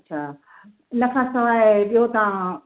अच्छा इन खां सवाइ ॿियो तव्हां